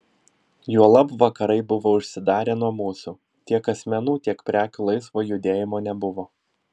juolab vakarai buvo užsidarę nuo mūsų tiek asmenų tiek prekių laisvo judėjimo nebuvo